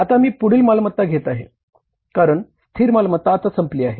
आता मी पुढील मालमत्ता घेत आहे कारण स्थिर मालमत्ता आता संपली आहे